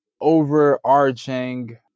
overarching